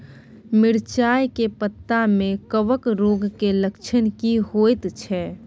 मिर्चाय के पत्ता में कवक रोग के लक्षण की होयत छै?